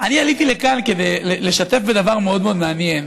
אני עליתי כאן כדי לשתף בדבר מאוד מאוד מעניין.